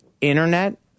internet